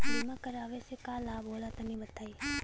बीमा करावे से का लाभ होला तनि बताई?